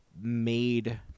made